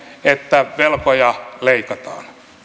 että velkoja leikataan